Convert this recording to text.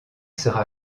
sera